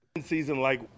Season-like